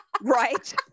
Right